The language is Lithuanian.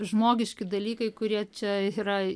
žmogiški dalykai kurie čia yra